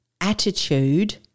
attitude